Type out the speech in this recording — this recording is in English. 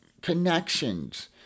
connections